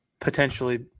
potentially